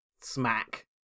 smack